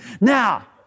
now